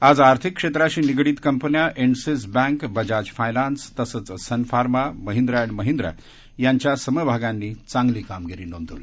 आज आर्थिक क्षेत्राशी निगडीत कंपन्या इन्डसिस बँक बजाज फायनान्स तसंच सन फार्मा महिंद्रा अळ्ड महिंद्रा यांच्या समभागांनी चांगली कामगिरी नोंदवली